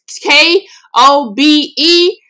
K-O-B-E